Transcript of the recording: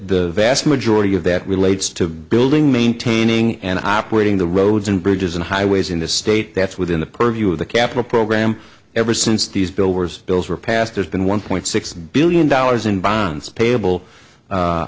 the vast majority of that relates to building maintaining an operating the roads and bridges and highways in the state that's within the purview of the capital program ever since these billboards bills were passed there's been one point six billion dollars in bonds payable